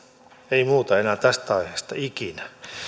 ei muuta enää tästä aiheesta ikinä